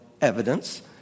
evidence